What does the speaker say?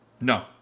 No